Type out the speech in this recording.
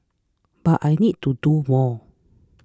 but I need to do more